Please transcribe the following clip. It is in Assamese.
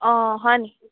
অঁ হয়নি